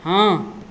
हँ